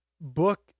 book